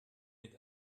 mit